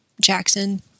Jackson